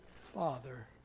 father